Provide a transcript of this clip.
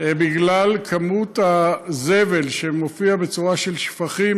בגלל כמות הזבל שמופיע בצורה של שפכים,